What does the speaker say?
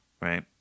right